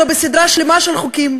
אלא בסדרה שלמה של חוקים,